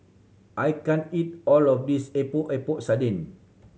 I can't eat all of this Epok Epok Sardin